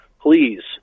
please